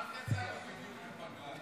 גם אז יצאנו בדיוק לפגרה, נכון?